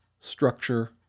structure